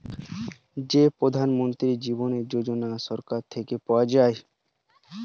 যেই প্রধান মন্ত্রী জীবন যোজনা সরকার থেকে পাওয়া যায়